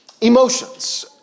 emotions